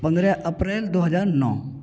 पंद्रह अप्रैल दो हज़ार नौ